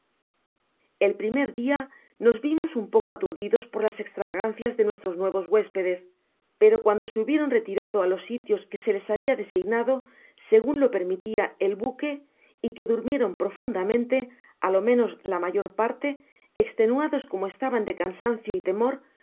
el primer dia nos vimos un poco aturdidos por las estravagancias de nuestros nuevos huéspedes pero cuando se hubieron retirado á los sitios que se les habia designadoi segun lo permitia el buque y que durmieron profundamente á lo menos la mayor parte estenuados como estaban de cansacio y temor